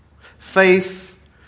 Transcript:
faith